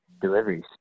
deliveries